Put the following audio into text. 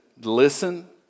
listen